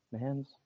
Man's